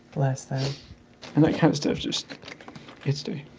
less than and that kind of stuff just gets